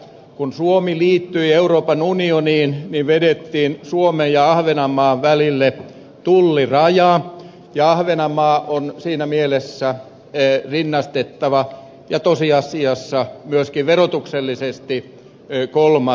kun suomi liittyi euroopan unioniin suomen ja ahvenanmaan välille vedettiin tulliraja ja ahvenanmaa on siinä mielessä rinnastettava ja tosiasiassa myöskin verotuksellisesti kolmas maa